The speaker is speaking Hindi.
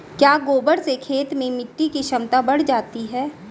क्या गोबर से खेत में मिटी की क्षमता बढ़ जाती है?